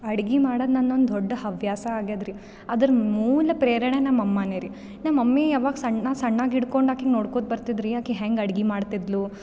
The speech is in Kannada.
ಅಡ್ಗೆ ಮಾಡೋದು ನಂದೊಂದು ದೊಡ್ಡ ಹವ್ಯಾಸ ಆಗಿದೆರಿ ಅದರ ಮೂಲ ಪ್ರೇರಣೆ ನಮ್ಮ ಅಮ್ಮನೇ ರೀ ನಮ್ಮ ಮಮ್ಮಿ ಯಾವಾಗ ಸಣ್ಣ ಸಣ್ಣಾಕಿ ಹಿಡ್ಕೊಂಡು ಆಕೆಗೆ ನೋಡ್ಕೊಳ್ತ ಬರ್ತಿದ್ರಿ ಆಕೆ ಹೆಂಗೆ ಅಡ್ಗೆ ಮಾಡ್ತಿದ್ಳು